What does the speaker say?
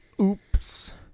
Oops